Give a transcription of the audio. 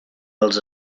dels